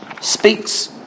speaks